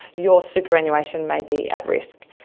your superannuation may be at risk.